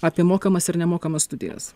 apie mokamas ir nemokamas studijas